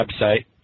website